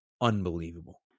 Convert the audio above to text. unbelievable